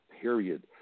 period